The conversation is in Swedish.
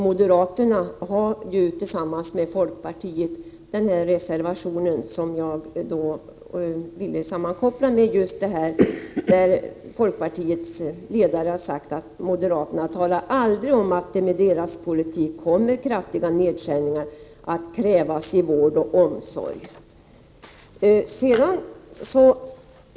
Moderaterna har tillsammans med folkpartiet avgivit en reservation, som jag vill sammankoppla med just det som folkpartiets ledare har sagt om att moderaterna aldrig talar om att med deras politik kommer kraftiga nedskärningar att krävas inom vård och omsorg.